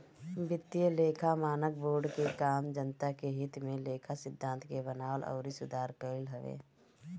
वित्तीय लेखा मानक बोर्ड के काम जनता के हित में लेखा सिद्धांत के बनावल अउरी सुधार कईल हवे